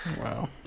Wow